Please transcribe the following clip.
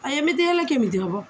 ଆ ଏମିତି ହେଲେ କେମିତି ହେବ